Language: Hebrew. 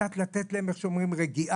קצת לתת להם רגיעה.